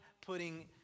putting